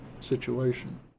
situation